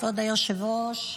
כבוד היושב-ראש,